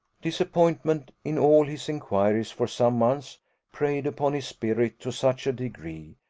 disappointment in all his inquiries for some months preyed upon his spirits to such a degree,